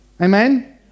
Amen